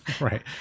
Right